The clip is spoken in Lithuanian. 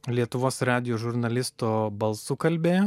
lietuvos radijo žurnalisto balsu kalbėjo